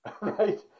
right